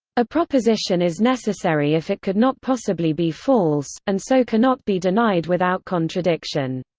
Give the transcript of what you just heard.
a proposition is necessary if it could not possibly be false, and so cannot be denied without contradiction.